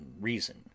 reason